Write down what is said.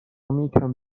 میکند